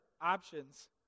options